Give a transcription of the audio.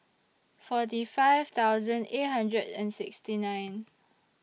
forty five thousand eight hundred and sixty nine